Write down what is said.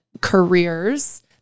careers